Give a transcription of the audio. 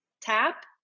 tap